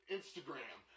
Instagram